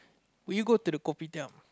will you go to the kopitiam